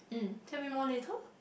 tell me more later